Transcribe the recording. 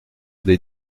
des